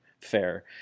fair